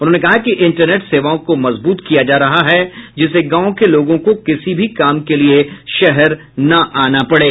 उन्होंने कहा कि इंटरनेट सेवाओं को मजबूत किया जा रहा है जिससे गांव के लोगों को किसी भी काम के लिये शहर न आना पड़े